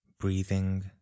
breathing